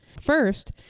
First